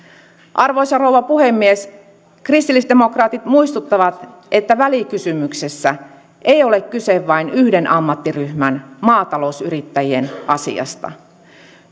arvoisa rouva puhemies kristillisdemokraatit muistuttavat että välikysymyksessä ei ole kyse vain yhden ammattiryhmän maatalousyrittäjien asiasta